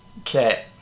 Okay